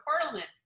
Parliament